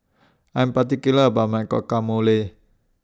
I'm particular about My Guacamole